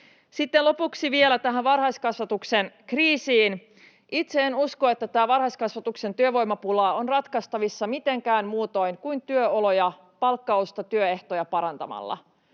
lopuksi vielä tähän varhaiskasvatuksen kriisiin. Itse en usko, että tämä varhaiskasvatuksen työvoimapula on ratkaistavissa mitenkään muutoin kuin työoloja, palkkausta ja työehtoja parantamalla.